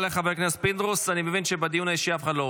חברי הכנסת, אנחנו